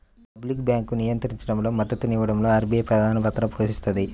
public బ్యాంకింగ్ను నియంత్రించడంలో, మద్దతునివ్వడంలో ఆర్బీఐ ప్రధానపాత్ర పోషిస్తది